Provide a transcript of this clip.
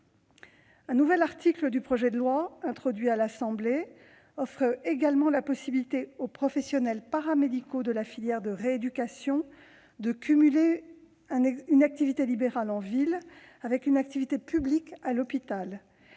Un nouvel article du projet de loi, introduit à l'Assemblée nationale, offre également la possibilité aux professionnels paramédicaux de la filière de rééducation de cumuler une activité libérale, en ville, avec une activité publique, à l'hôpital